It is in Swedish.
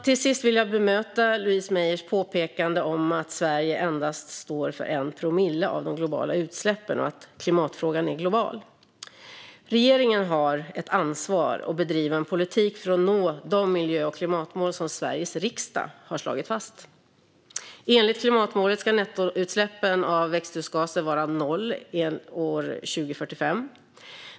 Till sist vill jag bemöta Louise Meijers påpekande om att Sverige endast står för 1 promille av de globala utsläppen och att klimatfrågan är global. Regeringen har ett ansvar att bedriva en politik för att nå de miljö och klimatmål som Sveriges riksdag har slagit fast. Enligt klimatmålet ska nettoutsläppen av växthusgaser vara noll 2045.